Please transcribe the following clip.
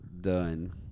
done